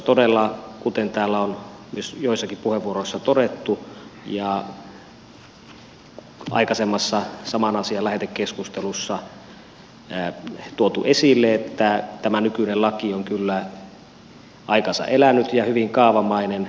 todella kuten täällä on joissakin puheenvuoroissa todettu ja aikaisemmassa saman asian lähetekeskustelussa tuotu esille tämä nykyinen laki on kyllä aikansa elänyt ja hyvin kaavamainen